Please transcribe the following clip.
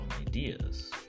ideas